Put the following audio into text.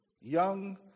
young